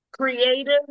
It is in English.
creative